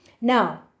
Now